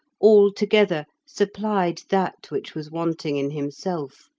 all together supplied that which was wanting in himself.